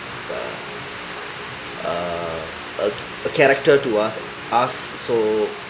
err a a character to us so